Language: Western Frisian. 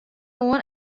oan